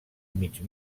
mig